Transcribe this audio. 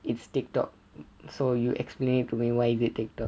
it's Tiktok so you explain it to me why is it Tiktok